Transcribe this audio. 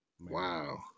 Wow